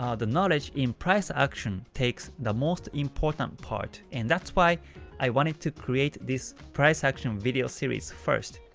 um the knowledge in price action takes the most important part and that's why i wanted to create this price action video series first.